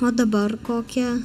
o dabar kokią